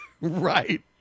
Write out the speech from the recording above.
right